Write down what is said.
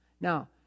Now